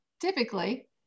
typically